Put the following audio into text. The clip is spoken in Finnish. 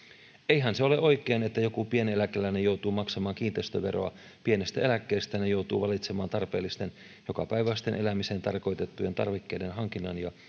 eihän se ole oikein että joku pieneläkeläinen joutuu maksamaan kiinteistöveroa pienestä eläkkeestään ja joutuu valitsemaan tarpeellisten jokapäiväisten elämiseen tarkoitettujen tarvikkeiden hankinnan ja